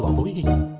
um believing